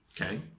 Okay